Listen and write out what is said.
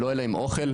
ולא יהיה להם אוכל,